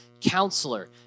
counselor